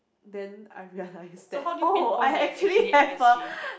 then I realise that oh I actually have a